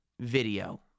video